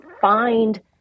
find